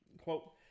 Quote